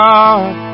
God